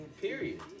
Period